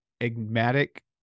enigmatic